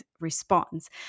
response